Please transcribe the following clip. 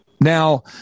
Now